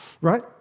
right